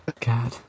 God